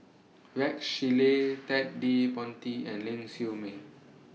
Rex Shelley Ted De Ponti and Ling Siew May